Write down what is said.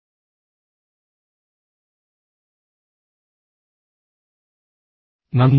നന്ദി